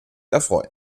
erfreuen